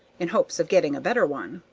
in hopes of getting a better one.